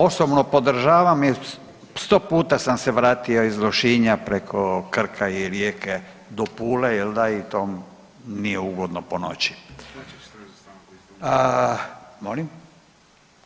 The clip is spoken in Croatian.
Osobno podržavam jer 100 puta sam se vratio iz Lošinja preko Krka i Rijeke do Pule jel da i to nije ugodno po noći… [[Upadica se ne razumije]] Molim,